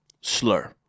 Slur